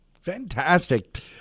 Fantastic